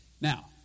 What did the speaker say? Now